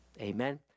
Amen